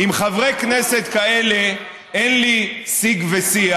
עם חברי כנסת כאלה אין לי שיג ושיח.